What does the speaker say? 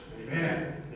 Amen